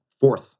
fourth